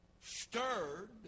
stirred